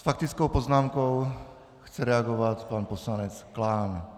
S faktickou poznámkou chce reagovat pan poslanec Klán.